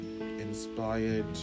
inspired